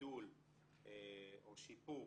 גידול או שיפור